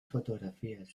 fotografías